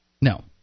No